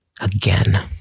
again